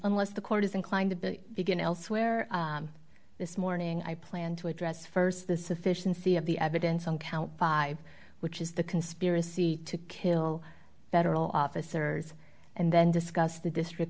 nless the court is inclined to begin elsewhere this morning i plan to address st the sufficiency of the evidence on count five which is the conspiracy to kill federal officers and then discuss the district